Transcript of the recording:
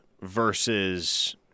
versus